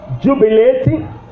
jubilating